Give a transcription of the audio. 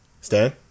Stan